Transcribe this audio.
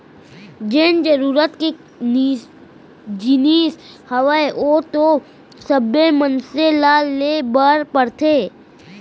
जेन जरुरत के जिनिस हावय ओ तो सब्बे मनसे ल ले बर परथे